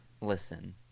Listen